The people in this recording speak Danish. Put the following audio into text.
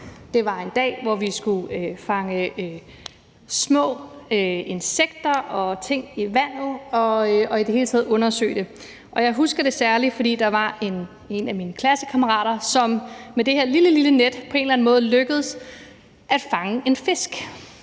Det var en dag, hvor vi skulle fange små insekter og ting i vandet og i det hele taget undersøge det. Jeg husker det særlig, fordi der var en af mine klassekammerater, som det med det her meget lille net lykkedes at fange en fisk.